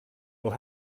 will